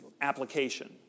application